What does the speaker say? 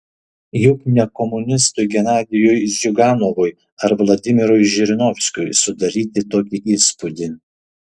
juk ne komunistui genadijui ziuganovui ar vladimirui žirinovskiui sudaryti tokį įspūdį